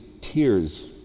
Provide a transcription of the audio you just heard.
tears